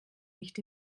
nicht